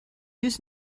just